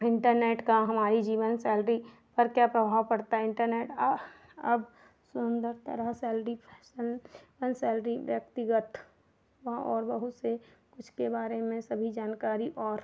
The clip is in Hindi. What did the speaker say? इन्टरनेट का हमारी जीवन शैली पर क्या प्रभाव पड़ता है इन्टरनेट अब सुन्दर तरह शैली फैसन सैलरी व्यक्तिगत वह और बहुत से कुछ के बारे में सभी जानकारी और